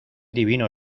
divino